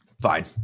Fine